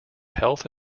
health